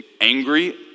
angry